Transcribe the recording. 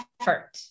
effort